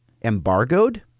embargoed